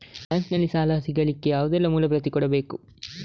Bank ನಲ್ಲಿ ಸಾಲ ಸಿಗಲಿಕ್ಕೆ ಯಾವುದೆಲ್ಲ ಮೂಲ ಪ್ರತಿ ಕೊಡಬೇಕು?